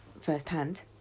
firsthand